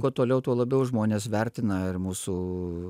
kuo toliau tuo labiau žmonės vertina ir mūsų